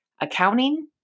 Accounting